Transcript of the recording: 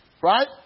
right